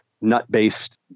nut-based